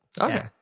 Okay